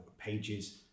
pages